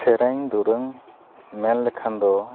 ᱥᱮᱨᱮᱧ ᱫᱩᱨᱟᱹᱝ ᱢᱮᱱ ᱞᱮᱠᱷᱟᱱ ᱫᱚ